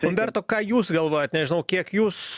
umberto ką jūs galvojat nežinau kiek jūs